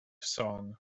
song